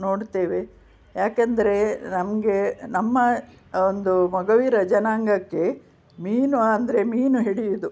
ನೋಡ್ತೇವೆ ಯಾಕೆಂದರೆ ನಮಗೆ ನಮ್ಮ ಒಂದು ಮೊಗವಿರ ಜನಾಂಗಕ್ಕೆ ಮೀನು ಅಂದರೆ ಮೀನು ಹಿಡಿಯುವುದು